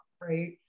right